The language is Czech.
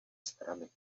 strany